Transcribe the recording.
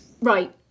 Right